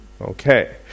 Okay